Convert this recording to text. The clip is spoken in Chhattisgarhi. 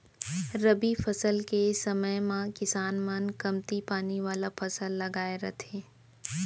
रबी फसल के समे म किसान मन कमती पानी वाला फसल लगाए रथें